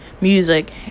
Music